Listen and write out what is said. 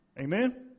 Amen